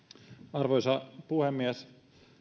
arvoisa puhemies